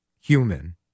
human